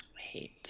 hate